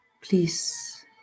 please